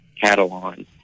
Catalan